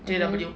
mmhmm